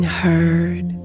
heard